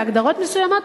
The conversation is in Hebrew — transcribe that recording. בהגדרות מסוימות,